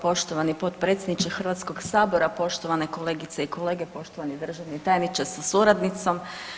Poštovani potpredsjedniče HS-a, poštovane kolegice i kolege, poštovani državni tajniče sa suradnicom.